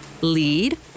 Lead